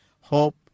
hope